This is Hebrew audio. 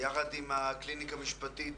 יחד עם הקליניקה המשפטית